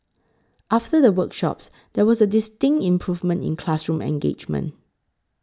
after the workshops there was a distinct improvement in classroom engagement